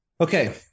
Okay